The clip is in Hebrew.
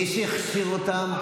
מי שהכשיר אותה,